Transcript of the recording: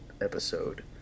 episode